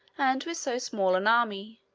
and with so small an army,